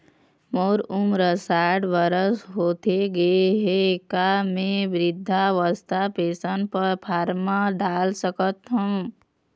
मोर उमर साठ बछर होथे गए हे का म वृद्धावस्था पेंशन पर फार्म डाल सकत हंव?